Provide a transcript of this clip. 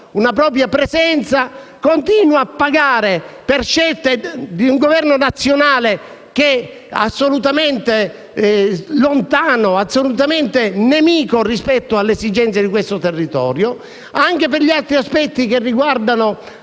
una propria presenza, continua a pagare per scelte di un Governo nazionale assolutamente lontano e nemico rispetto alle esigenze di questo territorio, anche per altri aspetti che riguardano